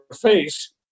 face